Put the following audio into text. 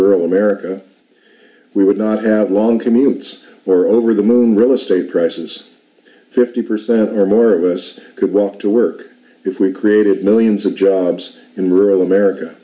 rural america we would not have long commutes or over the moon real estate prices forty percent or more of us could walk to work if we created millions of jobs in rural america